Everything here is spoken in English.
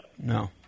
no